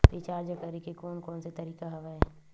Recharge करे के कोन कोन से तरीका हवय?